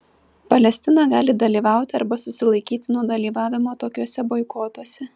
palestina gali dalyvauti arba susilaikyti nuo dalyvavimo tokiuose boikotuose